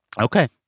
okay